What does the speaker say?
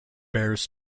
bears